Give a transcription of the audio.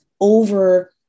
over